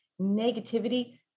negativity